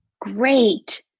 great